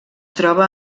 troba